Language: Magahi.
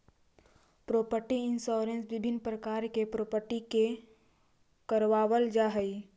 प्रॉपर्टी इंश्योरेंस विभिन्न प्रकार के प्रॉपर्टी के करवावल जाऽ हई